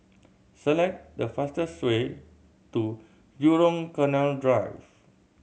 select the fastest way to Jurong Canal Drive